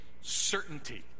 certainty